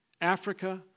Africa